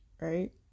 right